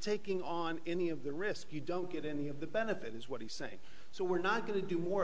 taking on any of the risk you don't get any of the benefit is what he's saying so we're not going to do more